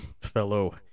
Fellow